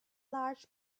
large